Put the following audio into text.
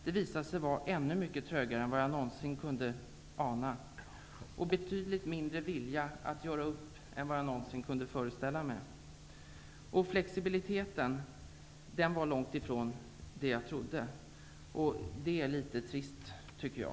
Det visade sig vara ännu mer trögt än vad jag någonsin kunde ana, och viljan att göra upp visade sig vara betydligt mindre än vad jag någonsin kunde föreställa mig. Flexibiliteten var långt ifrån det jag trodde. Detta är litet trist, tycker jag.